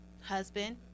husband